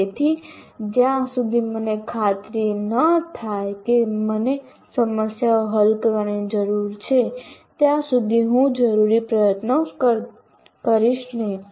તેથી જ્યાં સુધી મને ખાતરી ન થાય કે મને સમસ્યાઓ હલ કરવાની જરૂર છે ત્યાં સુધી હું જરૂરી પ્રયત્નો કરીશ નહીં